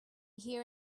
here